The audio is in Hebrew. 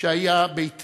שהיה ביתי